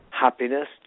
happiness